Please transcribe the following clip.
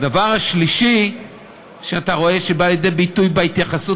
הדבר השלישי שאתה רואה שבא לידי ביטוי בהתייחסות